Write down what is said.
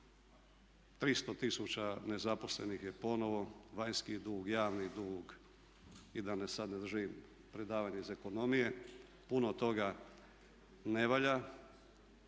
300 tisuća nezaposlenih je ponovno, vanjski dug, javni dug i da sad ne držim predavanje iz ekonomije. Puno toga ne valja.